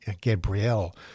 Gabrielle